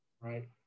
right